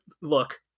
look